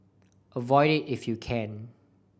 avoid it if you can